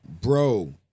bro